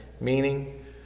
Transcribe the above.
meaning